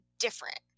different